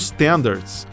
Standards